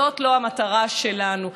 זאת לא המטרה שלנו.